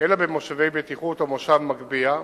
אלא במושבי בטיחות או במושב מגביה.